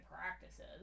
practices